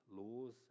laws